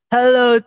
Hello